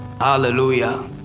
Hallelujah